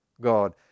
God